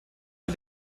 mit